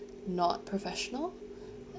not professional